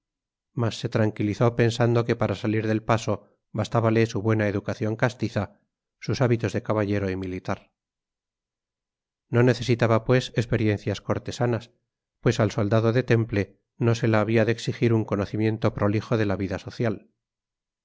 se tranquilizó pensando que para salir del paso bastábale su buena educación castiza sus hábitos de caballero y militar no necesitaba pues experiencias cortesanas pues al soldado de temple no se la había de exigir un conocimiento prolijo de la vida social